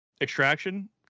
Extraction